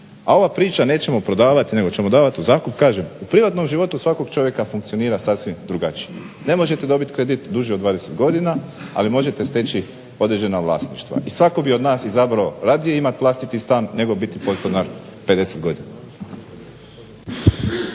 A ova priča nećemo prodavati nego ćemo davat u zakup kažem, u privatnom životu svakog čovjeka funkcionira sasvim drugačije. Ne možete dobit kredit duži od 20 godina, ali možete steći određena vlasništva i svatko bi od nas izabrao radije imat vlastiti stan nego biti podstanar 50 godina.